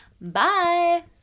Bye